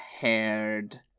haired